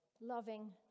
loving